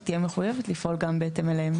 היא תהיה מחויבת לפעול גם בהתאם אליהם.